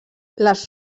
les